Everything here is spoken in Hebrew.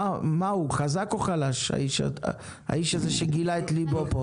מה הוא, חזק או חלש, האיש הזה שגילה פה את ליבו?